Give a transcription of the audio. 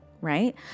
right